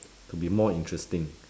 to be more interesting